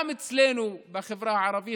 גם אצלנו בחברה הערבית,